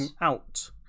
out